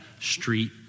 street